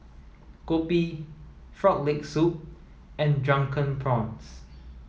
Kopi frog leg soup and drunken prawns